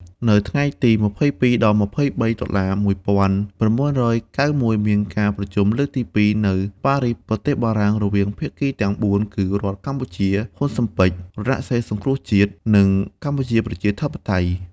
នៅថ្ងៃទី២២ ដល់ ២៣ តុលា ១៩៩១ មានការប្រជុំលើកទី២ នៅប៉ារីស ប្រទេសបារាំង រវាងភាគីទាំង៤ គឺ រដ្ឋកម្ពុជា ហ៊ុនស៊ិនប៉ិច រណសិរ្សសង្គ្រោះជាតិ និងកម្ពុជាប្រជាធិបតេយ្យ។